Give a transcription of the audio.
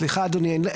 סליחה, אדוני.